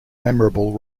memorable